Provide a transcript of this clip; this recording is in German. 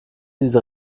diese